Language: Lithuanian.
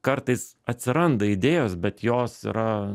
kartais atsiranda idėjos bet jos yra